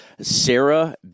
Sarah